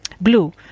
blue